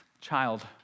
child